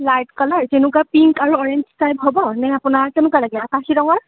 light colour কেনেকুৱা pink আৰু orange type হ'ব নে আপোনাক কেনেকুৱা লাগে আকাশী ৰঙৰ